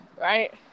right